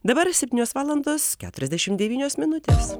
dabar septynios valandos keturiasdešimt devynios minutės